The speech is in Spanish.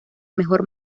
mejor